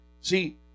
See